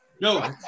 No